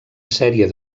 sèrie